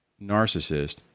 narcissist